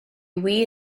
wir